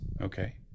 Okay